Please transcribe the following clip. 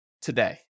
today